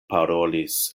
parolis